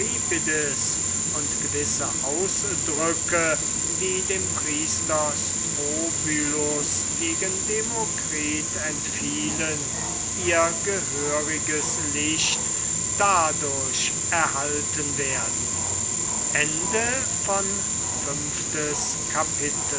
und gewisse ausdrücke die dem priester strobylus gegen den demokrit entfielen ihr gehöriges licht dadurch erhalten werden